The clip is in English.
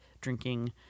drinking